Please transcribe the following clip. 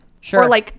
Sure